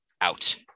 out